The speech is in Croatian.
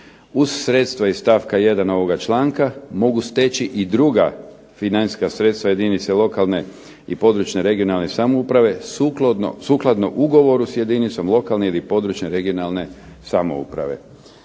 uz sredstva iz stavka 1. ovoga članka mogu steći i druga financijska sredstva jedinice lokalne i područne, regionalne samouprave sukladno ugovoru sa jedinicom lokalne ili područne (regionalne) samouprave.